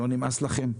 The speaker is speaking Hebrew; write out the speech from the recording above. לא נמאס לכם?